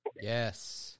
yes